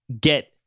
get